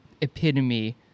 epitome